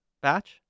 Batch